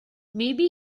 maybe